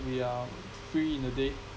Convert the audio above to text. we are free in the day